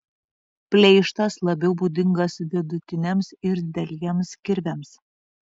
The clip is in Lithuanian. pleištas labiau būdingas vidutiniams ir dideliems kirviams